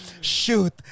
Shoot